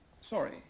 Sorry